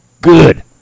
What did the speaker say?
good